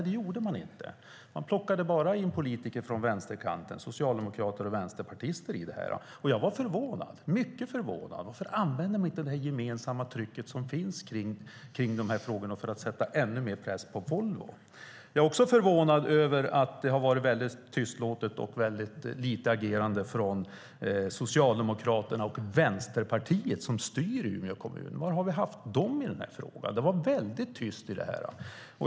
Det gjorde man inte. Man plockade bara in politiker från vänsterkanten, det vill säga socialdemokrater och vänsterpartister. Jag var mycket förvånad. Varför användes inte det gemensamma trycket som finns i dessa frågor för att sätta ännu mer press på Volvo? Jag är också förvånad över att det har varit tystlåtet och lite agerande från Socialdemokraterna och Vänsterpartiet, som styr Umeå kommun. Var har de varit i frågan? De har varit mycket tysta.